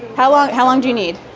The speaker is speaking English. how long how long do you need?